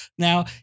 Now